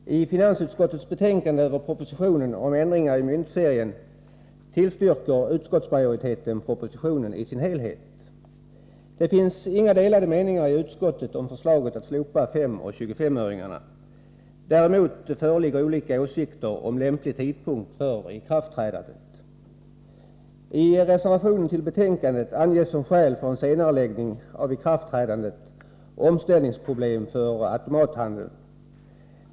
Herr talman! I finansutskottets betänkande över propositionen om ändringar i myntserien tillstyrker utskottsmajoriteten propositionen i dess helhet. Det finns inga delade meningar i utskottet om förslaget att 5 och 25-öringarna skall slopas. Däremot föreligger olika åsikter om lämplig tidpunkt för ikraftträdandet. I reservationen vid betänkandet anges som skäl för en senareläggning av ikraftträdandet omställningsproblem för automathandeln.